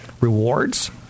rewards